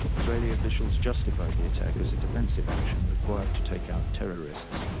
israeli officials justified the attack as a defensive action required to take out terrorists.